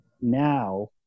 now